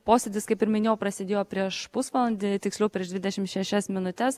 posėdis kaip ir minėjau prasidėjo prieš pusvalandį tiksliau prieš dvidešimt šešias minutes